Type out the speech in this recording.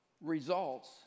results